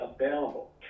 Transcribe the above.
available